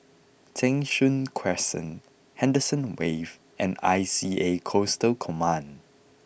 Cheng Soon Crescent Henderson Wave and I C A Coastal Command